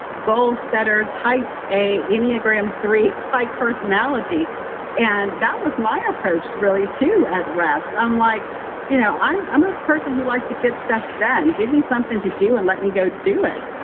goal setter type a, enneagram three type personality and that was my approach really too at rest. i'm like you know i'm i'm a person who likes to get stuff done. give me something to do and let me go do it.